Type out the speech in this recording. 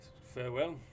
Farewell